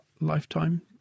lifetime